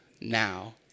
now